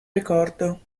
ricordo